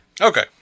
Okay